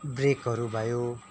ब्रेकहरू भयो